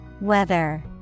Weather